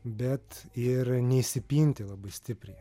bet ir neįsipinti labai stipriai